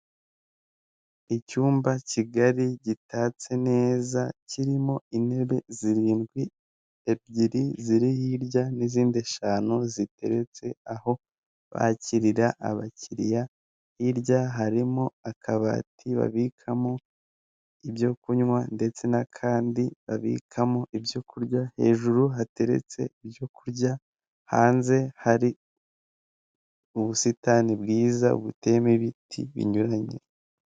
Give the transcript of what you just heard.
Icyumba kigari gitatse neza kirimo intebe zirindwi, ebyiri ziri hirya n'izindi eshanu ziteretse aho bakirira abakiriya, hirya harimo akabati babikamo ibyo kunywa ndetse n'akandi babikamo ibyo kurya, hejuru hateretse ibyo kurya hanze hari ubusitani bwiza butemo ibiti binyuranye.